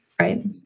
Right